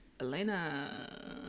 Elena